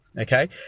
okay